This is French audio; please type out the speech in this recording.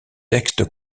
texte